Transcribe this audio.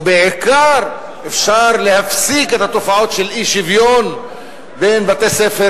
ובעיקר אפשר להפסיק את התופעות של אי-שוויון בין בתי-ספר